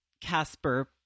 Casper